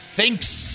Thanks